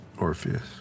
Orpheus